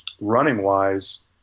running-wise